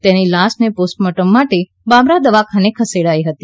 તેની લાશને પોસ્ટમોર્ટમ માટે બાબરા દવાખાને ખસેડાઇ હતી